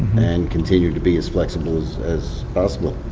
and continue to be as flexible as as possible.